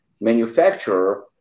Manufacturer